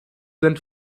sind